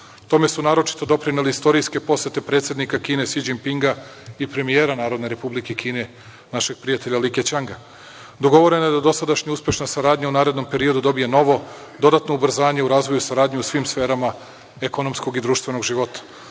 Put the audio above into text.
Tome su naročito doprinele istorijske posete predsednika Kine Si Đipinga i premija Narodne Republike Kine, našeg prijatelja, Li Kećanga. Dogovoreno je da dosadašnja uspešna saradnja u narednom periodu dobije novo, dodatno ubrzanje saradnje u svim sferama ekonomskog i društvenog života. Vode